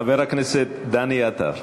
חבר הכנסת דני עטר,